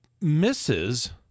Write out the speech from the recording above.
misses